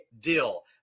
deal